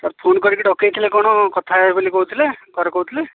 sir phone କରିକି ଡକେଇଥିଲେ କ'ଣ କଥା ହେବେ ବୋଲି କହୁଥିଲେ ଘରେ କହୁଥିଲେ